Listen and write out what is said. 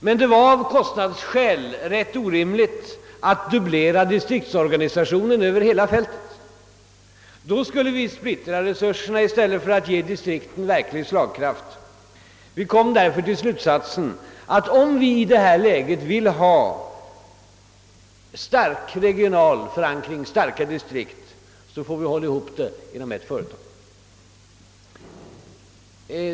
Men det var av kostnadsskäl ganska orimligt att dubblera distriktsorganisationen över hela fältet, ty därmed skulle vi splittra resurserna i stället för att ge distrikten verklig slagkraft. Vi kom därför till slutsatsen att vi, om vi i detta läge vill ha stark regional förankring, starka distrikt, får hålla ihop verksamheten inom ett företag.